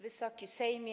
Wysoki Sejmie!